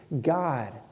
God